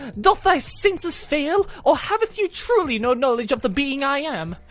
doth thy senses fail or haveth you truly no knowledge of the being i am?